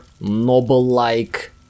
noble-like